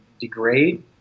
degrade